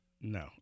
No